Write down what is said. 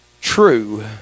true